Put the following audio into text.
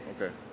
okay